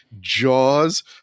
Jaws